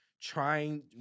trying